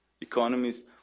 economies